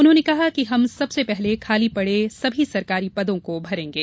उन्होंने कहा कि हम सबसे पहले खाली पड़े सभी सरकारी पदों को भरेंगे